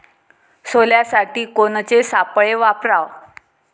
सोल्यासाठी कोनचे सापळे वापराव?